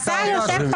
השר יושב פה.